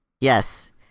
Yes